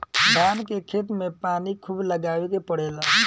धान के खेत में पानी खुब लगावे के पड़ेला